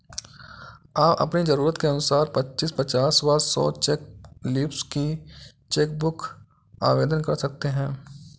आप अपनी जरूरत के अनुसार पच्चीस, पचास व सौ चेक लीव्ज की चेक बुक आवेदन कर सकते हैं